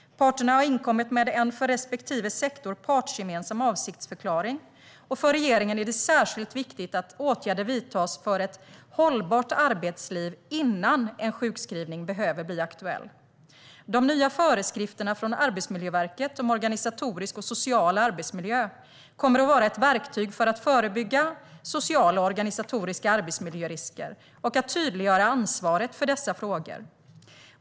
Parterna har inkommit med en för respektive sektor partsgemensam avsiktsförklaring. För regeringen är det särskilt viktigt att åtgärder vidtas för ett hållbart arbetsliv innan en sjukskrivning behöver bli aktuell. De nya föreskrifterna från Arbetsmiljöverket om organisatorisk och social arbetsmiljö kommer att vara ett verktyg för att förebygga sociala och organisatoriska arbetsmiljörisker och tydliggöra ansvaret för dessa frågor.